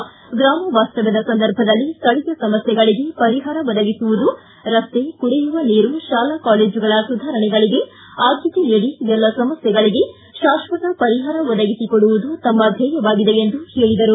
ಗ್ರಾಮವಾಸ್ತವ್ಯದ ಸಂದರ್ಭದಲ್ಲಿ ಸ್ಥಳೀಯ ಸಮಸ್ಥೆಗಳಗೆ ಪರಿಹಾರ ಒದಗಿಸುವುದು ರಸ್ತೆ ಕುಡಿಯುವ ನೀರು ಶಾಲಾ ಕಾಲೇಜುಗಳ ಸುಧಾರಣೆಗಳಿಗೆ ಆದ್ದತೆ ನೀಡಿ ಎಲ್ಲ ಸಮಸ್ಥೆಗಳಿಗೆ ಶಾಶ್ವತ ಪರಿಹಾರ ಒದಗಿಸಿಕೊಡುವುದು ತಮ್ಮ ಧ್ಯೇಯ ಎಂದು ಹೇಳಿದರು